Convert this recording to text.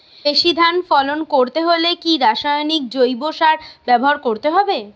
বেশি ধান ফলন করতে হলে কি রাসায়নিক জৈব সার ব্যবহার করতে হবে?